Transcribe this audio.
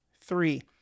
three